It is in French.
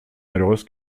malheureuse